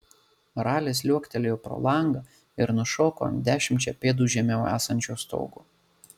ralis liuoktelėjo pro langą ir nušoko ant dešimčia pėdų žemiau esančio stogo